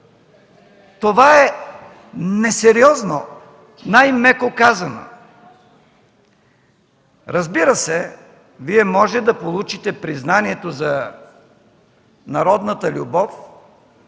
Това е несериозно, най-меко казано. Разбира се, Вие може да получите признанието за народната любов,